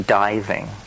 diving